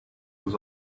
was